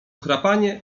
chrapanie